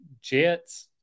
Jets